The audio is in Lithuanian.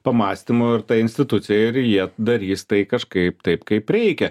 pamąstymų ir ta institucija ir jie darys tai kažkaip taip kaip reikia